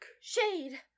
Shade